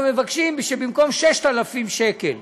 אנחנו מבקשים שבמקום 6,000 שקל,